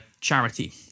charity